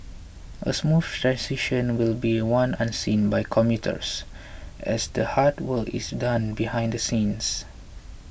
a smooth transition will be one unseen by commuters as the hard work is done behind the scenes